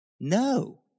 No